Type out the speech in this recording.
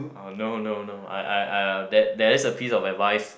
uh no no no I I I that's that is a piece of advice